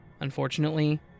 Unfortunately